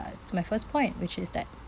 uh to my first point which is that